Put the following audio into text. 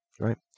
right